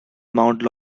mount